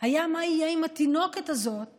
היה מה יהיה עם התינוקת הזאת